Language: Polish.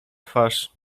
twarz